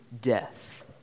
death